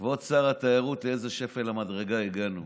כבוד שר התיירות, לאיזה שפל מדרגה הגענו,